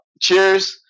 cheers